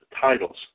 titles